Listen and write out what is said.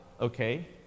Okay